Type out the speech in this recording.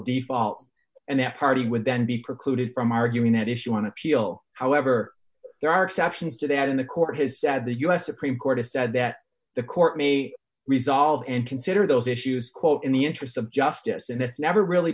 default and afterward he would then be precluded from arguing that issue on appeal however there are exceptions to that in the court has said the u s supreme court has said that the court may resolve and consider those issues quote in the interests of justice and it's never really